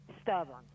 Stubborn